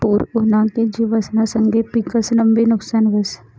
पूर उना की जिवसना संगे पिकंसनंबी नुकसान व्हस